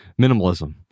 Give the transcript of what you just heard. minimalism